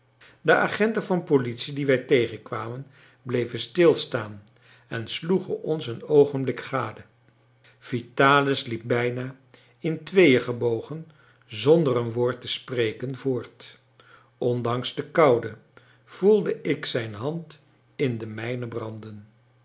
de agenten van politie die wij tegenkwamen bleven stilstaan en sloegen ons een oogenblik gade vitalis liep bijna in tweeën gebogen zonder een woord te spreken voort ondanks de koude voelde ik zijn hand in de mijne branden